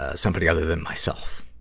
ah somebody other than myself.